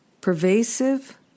pervasive